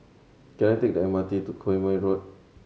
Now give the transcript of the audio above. can I take the M R T to Quemoy Road